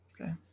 okay